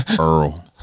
Earl